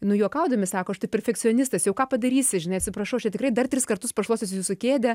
nu juokaudami sako aš tai perfekcionistas jau ką padarysi žinai atsiprašau aš čia tikrai dar tris kartus pašluostysiu jūsų kėdę